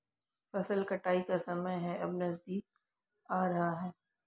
फसल कटाई का समय है अब नजदीक आ रहा है